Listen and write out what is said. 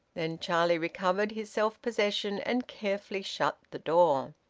then charlie recovered his self-possession and carefully shut the door.